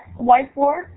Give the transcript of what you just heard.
whiteboard